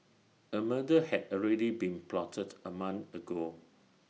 A murder had already been plotted A month ago